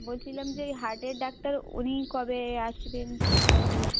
বলছিলাম যে ওই হার্টের ডাক্তার উনি কবে আসবেন সেইটা জিজ্ঞাস